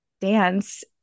dance